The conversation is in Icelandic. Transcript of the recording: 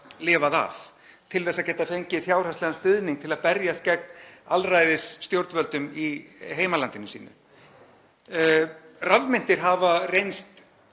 lifað af, til að geta fengið fjárhagslegan stuðning til að berjast gegn alræðisstjórnvöldum í heimalandinu sínu. Rafmyntir hafa reynst